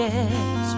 Yes